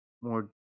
more